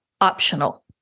Optional